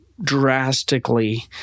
drastically